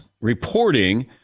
reporting